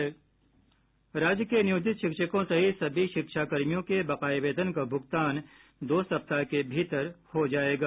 राज्य के नियोजित शिक्षकों सहित सभी शिक्षा कर्मियों के बकाये वेतन का भुगतान दो सप्ताह के भीतर हो जायेगा